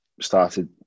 started